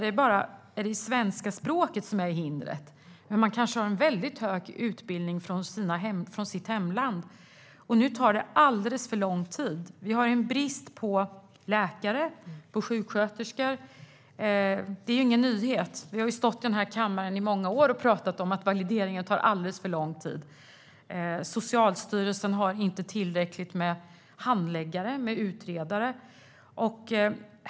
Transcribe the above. Det är ofta det svenska språket som är hindret, och man kanske har en hög utbildning från sitt hemland. Nu tar det alldeles för lång tid. Vi har en brist på läkare och sjuksköterskor; det är ingen nyhet. Vi har stått i den här kammaren i många år och pratat om att valideringen tar alldeles för lång tid. Socialstyrelsen har inte tillräckligt många handläggare och utredare.